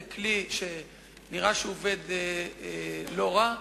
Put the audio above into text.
וזה כלי שנראה שהוא עובד לא רע.